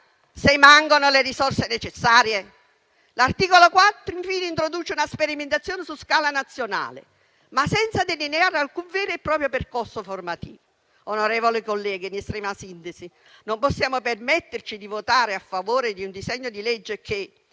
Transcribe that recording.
se mancano le risorse necessarie. L'articolo 4, infine, introduce una sperimentazione su scala nazionale, senza delineare però alcun vero e proprio percorso formativo. Onorevoli colleghi, in estrema sintesi, non possiamo permetterci di esprimere un voto favorevole su un disegno di legge che,